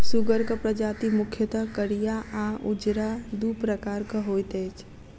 सुगरक प्रजाति मुख्यतः करिया आ उजरा, दू प्रकारक होइत अछि